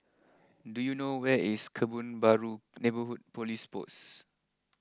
do you know where is Kebun Baru neighborhood police post